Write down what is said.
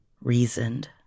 reasoned